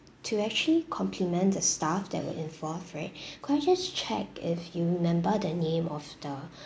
to actually compliment the staff that were involved right could I just check if you remember the name of the